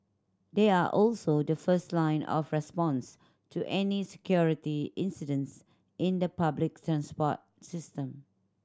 they are also the first line of response to any security incidents in the public transport system